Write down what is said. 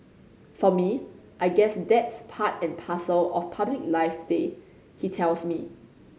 for me I guess that's part and parcel of public life today he tells me